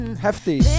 Hefty